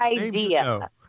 idea